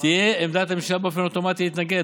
תהיה עמדת הממשלה להתנגד אוטומטית.